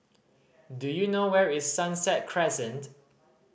do you know where is Sunset Crescent